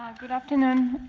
good afternoon.